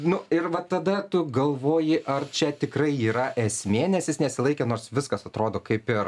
nu ir va tada tu galvoji ar čia tikrai yra esmė nes jis nesilaikė viskas atrodo kaip ir